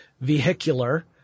vehicular